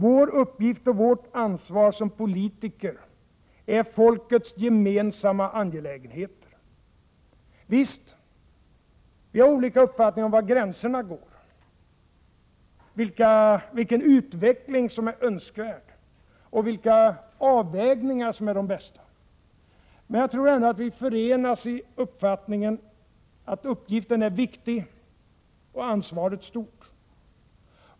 Vår uppgift och vårt ansvar som politiker är folkets gemensamma angelägenheter. Visst har vi olika uppfattningar om var gränserna går, vilken utveckling som är önskvärd och vilka avvägningar som är de bästa. Men jag tror ändå att vi förenas i uppfattningen att uppgiften är viktig och ansvaret är stort.